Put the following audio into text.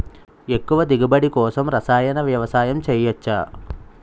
ఎక్కువ దిగుబడి కోసం రసాయన వ్యవసాయం చేయచ్చ?